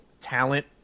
talent –